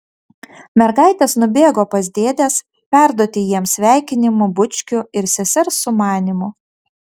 mergaitės nubėgo pas dėdes perduoti jiems sveikinimų bučkių ir sesers sumanymų